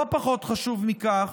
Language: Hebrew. לא פחות חשוב מכך,